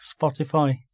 Spotify